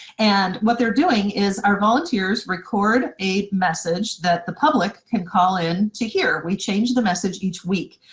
and what they're doing is our volunteers record a message that the public can call in to hear. we change the message each week.